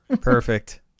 Perfect